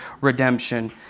redemption